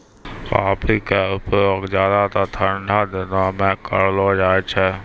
coffee के उपयोग ज्यादातर ठंडा दिनों मॅ करलो जाय छै